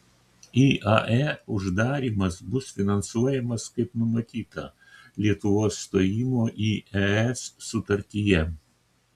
iae uždarymas bus finansuojamas kaip numatyta lietuvos stojimo į es sutartyje